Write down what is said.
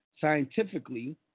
Scientifically